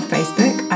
Facebook